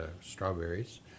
strawberries